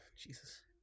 Jesus